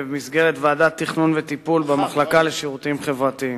במסגרת ועדת תכנון וטיפול במחלקה לשירותים חברתיים.